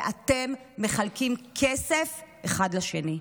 ואתם מחלקים כסף אחד לשני.